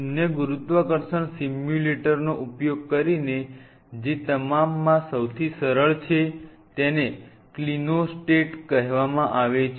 શૂન્ય ગુરુત્વાકર્ષણ સિમ્યુલેટરનો ઉપયોગ કરીને જે તમામમાં સૌથી સરળ છે તેને ક્લિનોસ્ટેટ કહેવામાં આવે છે